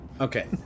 Okay